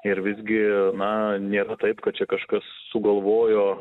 ir visgi na nėra taip kad čia kažkas sugalvojo